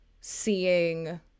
seeing